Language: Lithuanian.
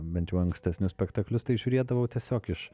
bent jau ankstesnius spektaklius tai žiūrėdavau tiesiog iš